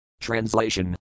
Translation